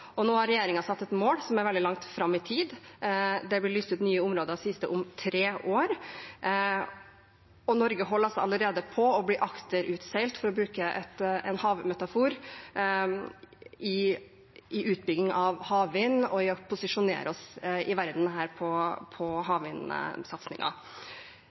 områder. Nå har regjeringen satt et mål som er veldig langt fram i tid. Det blir lyst ut nye områder om tre år, sies det, og Norge holder allerede på å bli akterutseilt – for å bruke en havmetafor – i å bygge ut og posisjonere seg i verden